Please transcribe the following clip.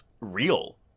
real